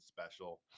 special